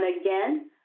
again